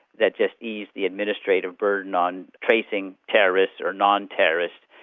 that just eased the administrative burden on tracing terrorists or non-terrorists.